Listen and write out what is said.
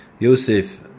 Yosef